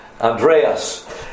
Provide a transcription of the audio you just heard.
Andreas